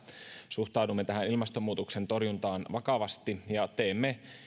suhtaudumme tähän ilmastonmuutoksen torjuntaan vakavasti ja teemme